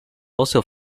also